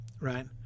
Right